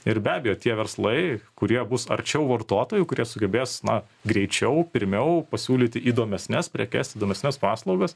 ir be abejo tie verslai kurie bus arčiau vartotojų kurie sugebės na greičiau pirmiau pasiūlyti įdomesnes prekes įdomesnes paslaugas